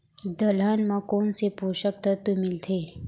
दलहन म कोन से पोसक तत्व मिलथे?